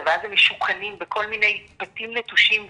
ואז הם משוכנים בכל מיני בתים נטושים וכו'.